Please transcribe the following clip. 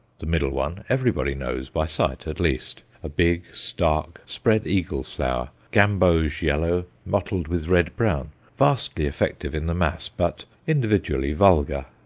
the middle one everybody knows, by sight at least, a big, stark, spread-eagle flower, gamboge yellow mottled with red-brown, vastly effective in the mass, but individually vulgar.